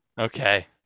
Okay